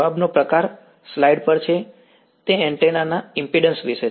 જવાબનો પ્રકાર સ્લાઇડ પર છે તે એન્ટેના ના ઈમ્પિડ્ન્સ વિશે છે